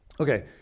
okay